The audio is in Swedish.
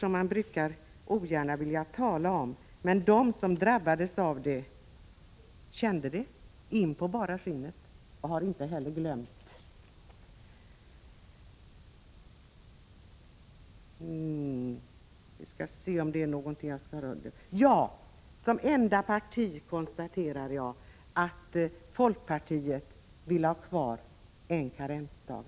Det är någonting som man ogärna vill tala om, men de som drabbades av det kände det in på bara skinnet och har inte glömt. Jag konstaterar att folkpartiet som enda parti vill ha kvar en karensdag.